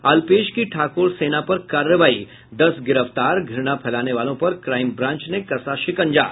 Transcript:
अल्पेश की ठाकोर सेना पर कार्रवाई दस गिरफ्तार घूणा फैलाने वालों पर क्राईम ब्रांच ने कसा शिकंजा